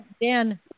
Dan